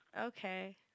okay